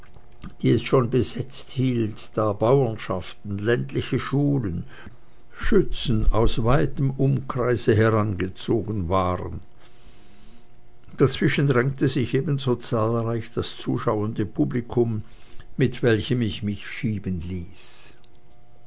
die es schon besetzt hielt da bauerschaften ländliche schulen schützen aus weitem umkreise herangezogen waren dazwischen drängte sich ebenso zahlreich das zuschauende publikum mit welchem ich mich schieben ließ